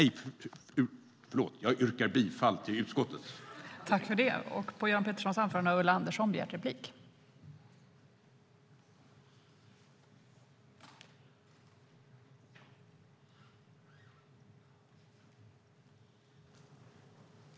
Jag yrkar bifall till förslaget i utskottets betänkande.